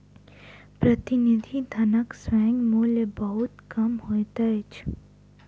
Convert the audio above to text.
प्रतिनिधि धनक स्वयं मूल्य बहुत कम होइत अछि